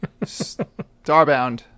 Starbound